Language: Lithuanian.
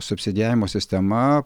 subsidijavimo sistema